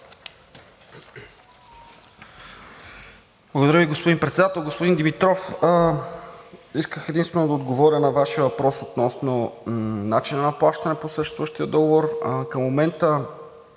Благодаря Ви, господин Председател. Господин Димитров, исках единствено да отговоря на Вашия въпрос относно начина на плащане по съществуващия договор. Към момента